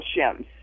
shims